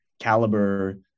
caliber